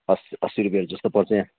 असी रुपियाँ जस्तो पर्छ यहाँ